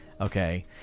okay